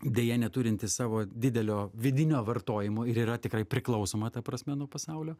deja neturinti savo didelio vidinio vartojimo ir yra tikrai priklausoma ta prasme nuo pasaulio